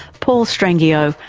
paul strangio,